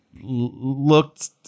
looked